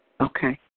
Okay